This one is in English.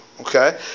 Okay